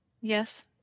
Yes